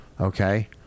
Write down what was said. Okay